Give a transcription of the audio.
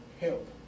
Help